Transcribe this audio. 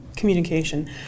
Communication